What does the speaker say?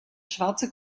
schwarze